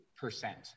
percent